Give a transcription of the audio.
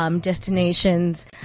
destinations